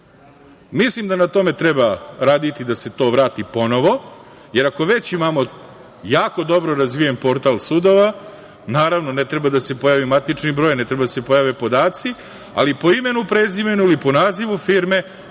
Mislim da na tome treba raditi da se to vrati ponovo, jer ako već imamo jako dobro razvijem portal sudova, naravno, ne treba da se pojavi matični broj, ne treba da se pojave podaci, ali po imenu i prezimenu ili po nazivu firme